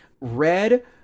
Red